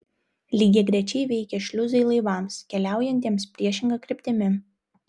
lygiagrečiai veikia šliuzai laivams keliaujantiems priešinga kryptimi